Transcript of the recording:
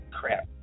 crap